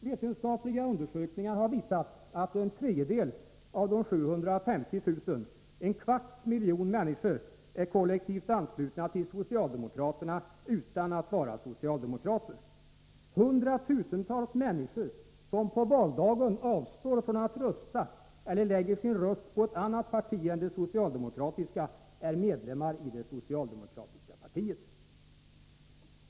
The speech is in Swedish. Vetenskapliga undersökningar har visat att en tredjedel av de 750 000-en kvarts miljon människor — är kollektivt anslutna till socialdemokraterna utan att vara socialdemokrater. Hundratusentals människor som på valdagen avstår från att rösta eller lägger sin röst på ett annat parti än det socialdemokratiska är medlemmar i det socialdemokratiska partiet.